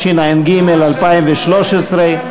התשע"ג 2013,